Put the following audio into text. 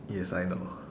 yes I know